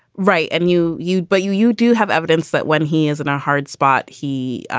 right. and you you. but you you do have evidence that when he is in a hard spot, he